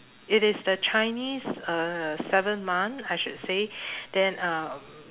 it is the chinese uh seventh month I should say then um